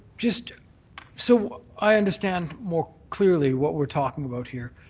just so i understand more clearly what we're talking about here,